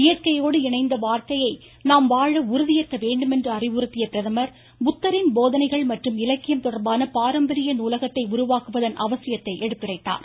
இயற்கையோடு இணைந்த வாழக்கையை நாம் வாழ உறுதியேற்க வேண்டுமென்று அறிவுறுத்திய பிரதமர் புத்தரின் போதனைகள் மற்றும் இலக்கியம் தொடர்பான பாரம்பரிய நூலகத்தை உருவாக்குவதன் அவசியத்தை எடுத்துரைத்தார்